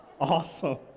Awesome